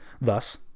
Thus